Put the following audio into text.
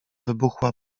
wybuchła